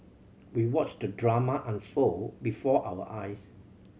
we watched the drama unfold before our eyes